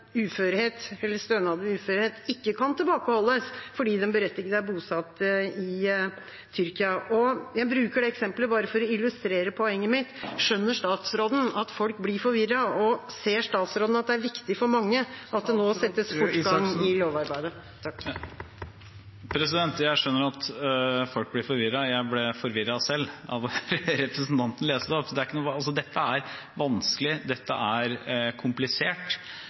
uførhet ikke kan tilbakeholdes fordi den berettigede er bosatt i Tyrkia. Jeg bruker det eksemplet bare for å illustrere poenget mitt. Skjønner statsråden at folk blir forvirret, og ser statsråden at det er viktig for mange at det nå settes fortgang i lovarbeidet? Jeg skjønner at folk blir forvirret. Jeg ble forvirret selv av det representanten leste opp nå. Dette er vanskelig, og det er komplisert. Det er regler som er langt mindre komplisert